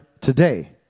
today